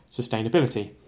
sustainability